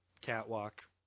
catwalk